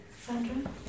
Sandra